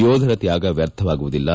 ಯೋಧರ ತ್ವಾಗ ವ್ಹರ್ಥವಾಗುವುದಿಲ್ಲ